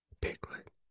Piglet